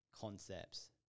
concepts